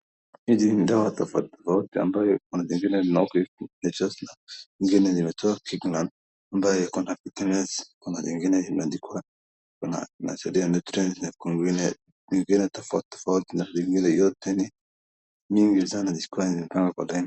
Hizi ni dawa tofauti tofauti ambayo kuna zingine zikonahuku, ingine zimeitwa Kirkland ambayo iko na fitness . Kuna zingine imeandikwa kuna inasaidia nutrients , kuna ingine zingine tofauti tofauti na zingine yote ni mingi sana zikiwa zimepangwa kwa laini.